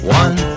one